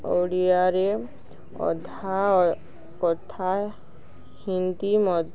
ଓଡ଼ିଆରେ ଅଧା କଥା ହିନ୍ଦୀ ମ